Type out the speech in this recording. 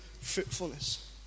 fruitfulness